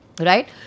Right